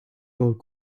gold